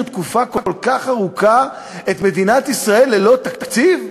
תקופה כל כך ארוכה את מדינת ישראל ללא תקציב?